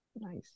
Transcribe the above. Nice